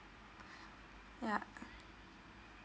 ya